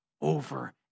over